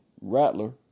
Rattler